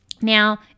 Now